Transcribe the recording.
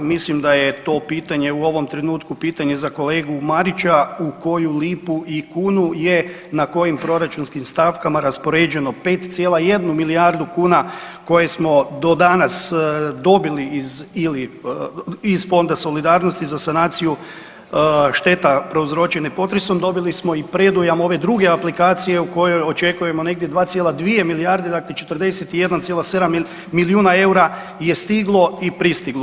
Mislim da je to pitanje u ovom trenutku pitanje za kolegu Marića, u koju lipu i kunu je na kojim proračunskim stavkama raspoređeno 5,1 milijardu kuna koje smo do danas dobili iz Fonda solidarnosti za sanaciju šteta prouzročene potresom dobili smo i predujam ove druge aplikacije u kojoj očekujemo negdje 2,2 milijarde, dakle 41,7 milijuna eura je stiglo i pristiglo.